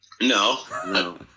no